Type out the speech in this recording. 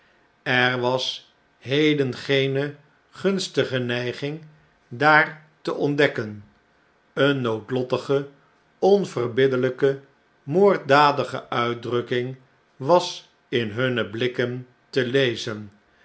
er was heden geene gunstige neiging daar te ontdekken eene noodlottige onverbiddelpe moorddadige uitdrukking was in hunne blikken te lezen